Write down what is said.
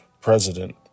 president